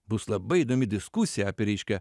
bus labai įdomi diskusija apie reiškia